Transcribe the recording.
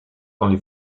only